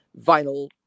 vinyl